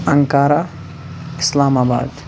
اَنٛکارا اِسلام آباد